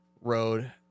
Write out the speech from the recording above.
road